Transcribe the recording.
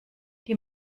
die